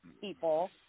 people